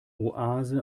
oase